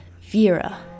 Vera